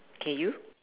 K you